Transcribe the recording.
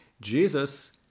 Jesus